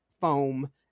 foam